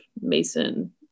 Mason